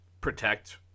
protect